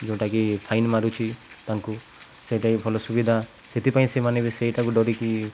ଯେଉଁଟାକି ଫାଇନ୍ ମାରୁଛି ତାଙ୍କୁ ସେଇଟା ବି ଭଲ ସୁବିଧା ସେଥିପାଇଁ ସେମାନେ ବି ସେଇଟାକୁ ଡରିକି